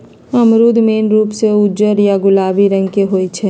अमरूद मेन रूप से उज्जर या गुलाबी रंग के होई छई